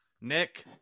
Nick